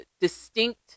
distinct